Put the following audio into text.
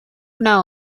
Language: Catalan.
una